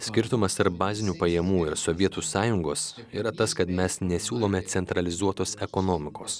skirtumas tarp bazinių pajamų ir sovietų sąjungos yra tas kad mes nesiūlome centralizuotos ekonomikos